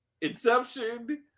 Inception